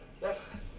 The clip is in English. Yes